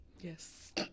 yes